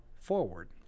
forward